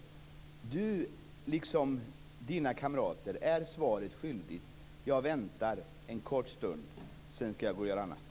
Bengt-Ola Ryttar, liksom hans kamrater, är svaret skyldig. Jag väntar en kort stund. Sedan skall jag gå och göra annat.